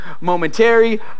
momentary